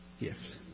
gift